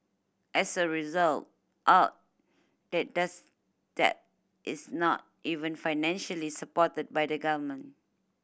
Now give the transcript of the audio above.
as a result art that does that is not even financially supported by the government